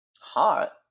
Hot